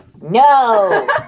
No